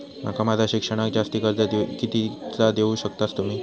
माका माझा शिक्षणाक जास्ती कर्ज कितीचा देऊ शकतास तुम्ही?